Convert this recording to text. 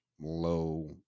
low